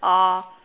oh